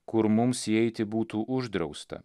kur mums įeiti būtų uždrausta